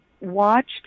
watched